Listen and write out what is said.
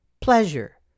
pleasure